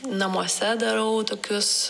namuose darau tokius